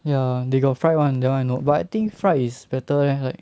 ya they got fried [one] that [one] I know but I think fried is better leh like